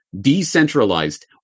decentralized